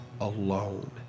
alone